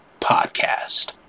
podcast